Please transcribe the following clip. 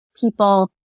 people